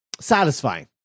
satisfying